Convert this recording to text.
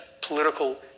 political